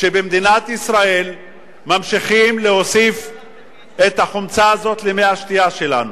שבמדינת ישראל ממשיכים להוסיף את החומצה הזאת למי השתייה שלנו?